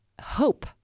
hope